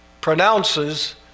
pronounces